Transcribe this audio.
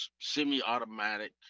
semi-automatic